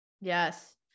Yes